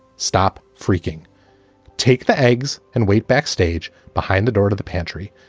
stop freaking take the eggs and wait backstage behind the door to the pantry.